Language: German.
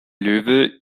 löwe